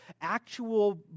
actual